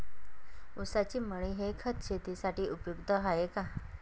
ऊसाची मळी हे खत शेतीसाठी उपयुक्त आहे का?